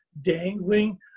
dangling